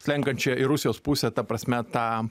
slenkančią į rusijos pusę ta prasme tą